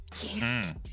Yes